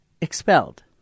expelled